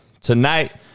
Tonight